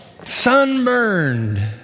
sunburned